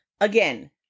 again